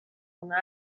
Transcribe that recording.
una